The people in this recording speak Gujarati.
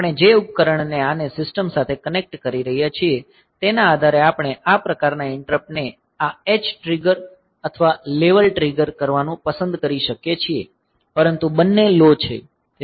આપણે જે ઉપકરણને આને સિસ્ટમ સાથે કનેક્ટ કરી રહ્યાં છીએ તેના આધારે આપણે આ પ્રકારનાં ઈંટરપ્ટ ને આ H ટ્રિગર અથવા લેવલ ટ્રિગર કરવાનું પસંદ કરી શકીએ છીએ પરંતુ બંને લો છે